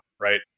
right